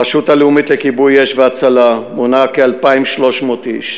הרשות הלאומית לכיבוי אש והצלה מונה כ-2,300 איש,